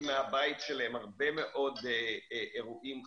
מהבית שלהם הרבה מאוד אירועים חריפים,